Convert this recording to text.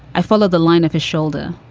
i follow the line of his shoulder.